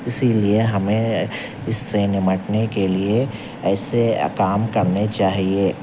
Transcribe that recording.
اسی لیے ہمیں اس سے نمٹنے کے لیے ایسے کام کرنے چاہیے